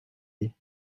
dés